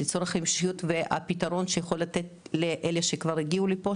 לצורכים המשכיות והפתרון שיכול לתת לאלה שכבר הגיעו לפה,